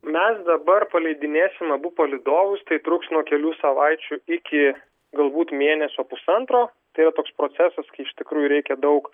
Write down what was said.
mes dabar paleidinėsim abu palydovus tai truks nuo kelių savaičių iki galbūt mėnesio pusantro tai yra toks procesas kai iš tikrųjų reikia daug